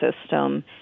system